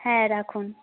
হ্যাঁ রাখুন